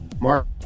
Mark